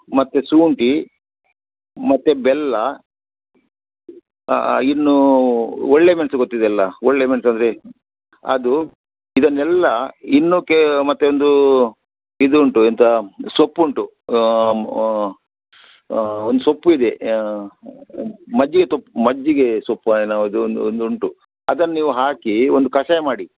ಮತ್ತು ಶುಂಟಿ ಮತ್ತು ಬೆಲ್ಲ ಇನ್ನು ಒಳ್ಳೆ ಮೆಣಸು ಗೊತ್ತಿದೆಯಲ್ಲ ಒಳ್ಳೆ ಮೆಣ್ಸು ಅಂದರೆ ಅದು ಇದನ್ನೆಲ್ಲ ಇನ್ನು ಕೆ ಮತ್ತೆ ಒಂದು ಇದುಂಟು ಎಂಥ ಸೊಪ್ಪುಂಟು ಒಂದು ಸೊಪ್ಪು ಇದೆ ಮಜ್ಜಿಗೆ ತೊಪ್ ಮಜ್ಜಿಗೆ ಸೊಪ್ಪು ಏನೋ ಅದು ಒಂದು ಒಂದು ಉಂಟು ಅದನ್ನ ನೀವು ಹಾಕಿ ಒಂದು ಕಷಾಯ ಮಾಡಿ